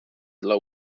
dla